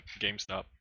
GameStop